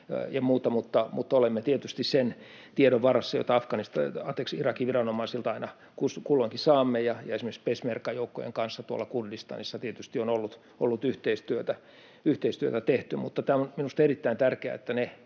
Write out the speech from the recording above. ja muuta, mutta olemme tietysti sen tiedon varassa, jota Irakin viranomaisilta aina kulloinkin saamme, ja esimerkiksi peshmerga-joukkojen kanssa tuolla Kurdistanissa tietysti on ollut yhteistyötä, yhteistyötä on tehty. Mutta tämä on minusta erittäin tärkeää,